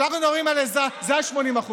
כשאנחנו מדברים על עזרה, זה ה-80%.